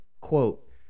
quote